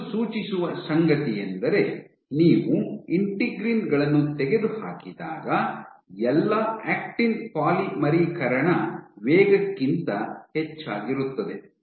ಇದು ಸೂಚಿಸುವ ಸಂಗತಿಯೆಂದರೆ ನೀವು ಇಂಟಿಗ್ರಿನ್ ಗಳನ್ನು ತೆಗೆದುಹಾಕಿದಾಗ ಎಲ್ಲಾ ಆಕ್ಟಿನ್ ಪಾಲಿಮರೀಕರಣ ವೇಗಕ್ಕಿಂತ ಹೆಚ್ಚಾಗಿರುತ್ತದೆ